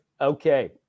Okay